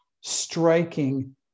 striking